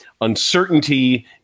uncertainty